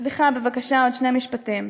סליחה, בבקשה, עוד שני משפטים.